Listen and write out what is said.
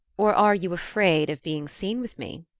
or are you afraid of being seen with me?